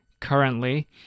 Currently